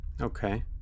Okay